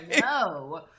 No